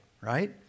right